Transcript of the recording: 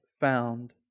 found